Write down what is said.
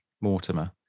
Mortimer